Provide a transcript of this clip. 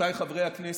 רבותיי חברי הכנסת,